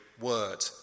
word